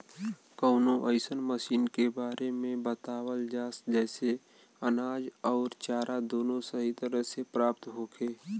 कवनो अइसन मशीन के बारे में बतावल जा जेसे अनाज अउर चारा दोनों सही तरह से प्राप्त होखे?